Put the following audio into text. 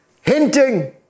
hinting